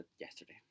Yesterday